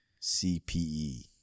CPE